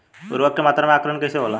उर्वरक के मात्रा में आकलन कईसे होला?